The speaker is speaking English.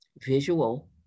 visual